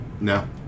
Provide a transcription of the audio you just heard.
No